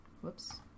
whoops